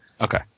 Okay